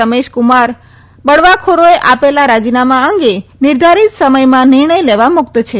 રમેશકુમાર બળવાખોરોએ આપેલા રાજીનામા અંગે નિર્ધારિત સમયમાં નિર્ણયલેવા મુક્ત છે